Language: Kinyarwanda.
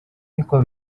niko